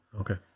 Okay